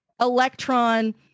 electron